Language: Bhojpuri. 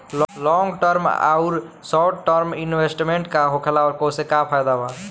लॉन्ग टर्म आउर शॉर्ट टर्म इन्वेस्टमेंट का होखेला और ओसे का फायदा बा?